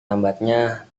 lambatnya